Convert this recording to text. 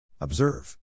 observe